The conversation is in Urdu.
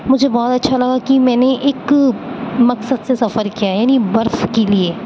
مجھے بہت اچھا لگا کہ میں نے ایک مقصد سے سفر کیا یعنی برف کے لیے